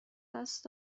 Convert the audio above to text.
دست